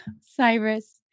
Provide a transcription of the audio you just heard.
Cyrus